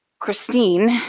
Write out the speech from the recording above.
Christine